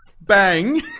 bang